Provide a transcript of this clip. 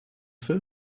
film